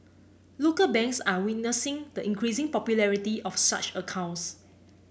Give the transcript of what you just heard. local banks are witnessing the increasing popularity of such accounts